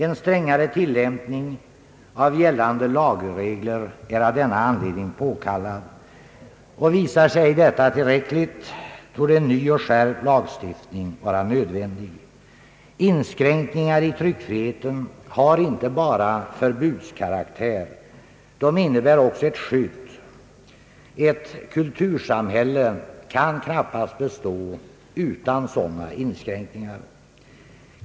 En strängare tillämpning av gällande lagregler är av denna anledning påkallad, och om detta icke visar sig räcka till torde en ny och skärpt lagstiftning bli nödvändig. Inskränkningar i tryckfriheten har inte bara förbudskaraktär. De innebär också ett skydd. Ett kultursamhälle kan knappast bestå utan sådana inskränkningar.